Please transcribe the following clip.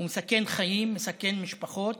הוא מסכן חיים, מסכן משפחות,